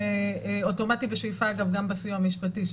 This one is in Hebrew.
אוטומטי בשאיפה אגב בסיוע המשפטי,